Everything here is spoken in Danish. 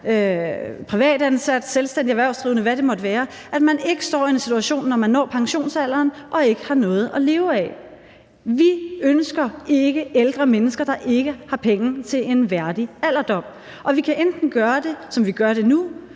privatansat, selvstændigt erhvervsdrivende, eller hvad det måtte være, ikke står i en situation, hvor man, når man når pensionsalderen, ikke har noget at leve af. Vi ønsker ikke ældre mennesker, der ikke har penge til en værdig alderdom, og man kan enten gøre det, som man gør det nu,